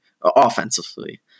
offensively